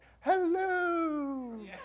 hello